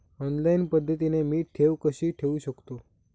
Online पद्धतीने मी ठेव कशी ठेवू शकतो?